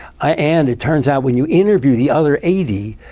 ah and it turns out when you interview the other eighty,